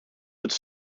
would